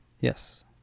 Yes